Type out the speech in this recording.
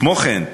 כמו כן,